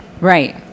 Right